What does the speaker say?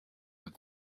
that